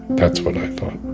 that's what i thought